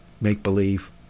make-believe